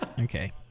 Okay